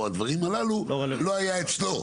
או הדברים הללו לא היה אצלו.